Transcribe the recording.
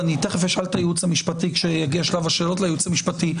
ואני תכף אשאל את הייעוץ המשפטי כשיגיע שלב השאלות לייעוץ המשפטי,